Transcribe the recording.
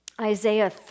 Isaiah